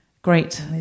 Great